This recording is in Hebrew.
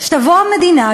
שתבוא המדינה,